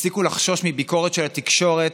תפסיקו לחשוש מביקורת של התקשורת,